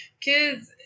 kids